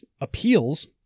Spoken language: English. appeals